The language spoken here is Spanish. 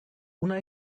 una